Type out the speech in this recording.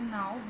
now